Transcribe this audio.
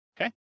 Okay